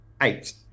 eight